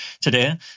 today